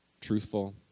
truthful